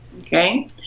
Okay